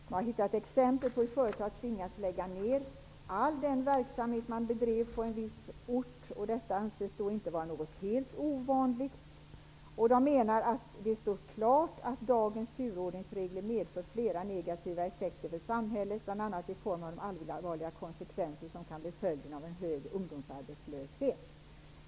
Man har hittat exempel på hur företag tvingats lägga ner all den verksamhet de bedrev på en viss ort. Detta anses inte vara något helt ovanligt. Man menar ''att det står helt klart att dagens turordningsregler medför flera negativa effekter för samhället, bland annat i form av de allvarliga konsekvenser som kan bli följden av en hög ungdomsarbetslöshet.